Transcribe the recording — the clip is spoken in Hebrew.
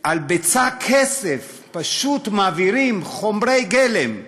בשל בצע כסף פשוט מעבירים חומרי גלם ל"קסאמים"